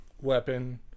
weapon